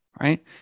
right